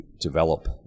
develop